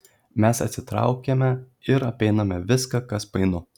mes atsitraukiame ir apeiname viską kas painu